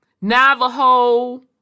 Navajo